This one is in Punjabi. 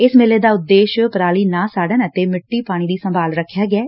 ਇਸ ਮੇਲੇ ਦਾ ਉਦੇਸ਼ ਪਰਾਲੀ ਨਾ ਸਾਤਨ ਅਤੇ ਸਿੱਟੀ ਪਾਣੀ ਦੀ ਸੰਭਾਲ ਰੱਖਿਆ ਗਿਐ